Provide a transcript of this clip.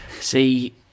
See